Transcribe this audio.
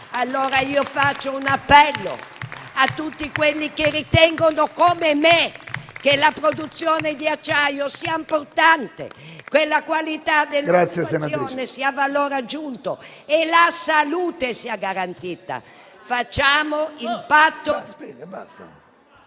Allora io faccio un appello a tutti quelli che ritengono, come me, che la produzione di acciaio sia importante, che la qualità dell'occupazione sia valore aggiunto e la salute sia garantita. Facciamo il patto...